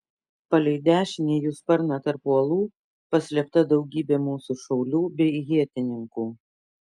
palei dešinį jų sparną tarp uolų paslėpta daugybė mūsų šaulių bei ietininkų